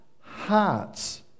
hearts